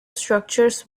structures